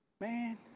man